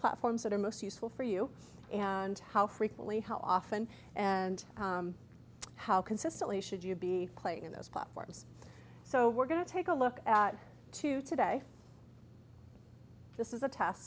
platforms that are most useful for you and how frequently how often and how consistently should you be playing in those platforms so we're going to take a look at to today this is a test